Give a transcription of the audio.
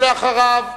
אחריו,